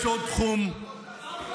יש עוד תחום קטן,